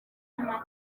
amata